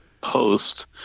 post